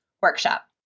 workshop